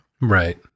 Right